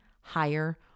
higher